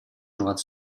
trovate